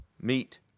meet